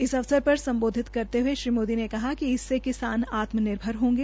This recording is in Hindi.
इस अवसर पर सम्बोधित करते हये श्री मोदी ने कहा कि इससे किसान आत्मनिर्भर होंगे